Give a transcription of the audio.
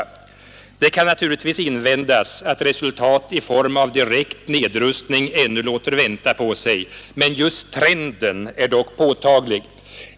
Det kan naturligtvis invändas att resultat i form av direkt nedrustning ännu låter vänta på sig, men just trenden är dock påtaglig.